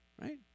right